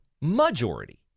majority